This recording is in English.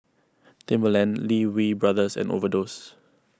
Timberland Lee Wee Brothers and Overdose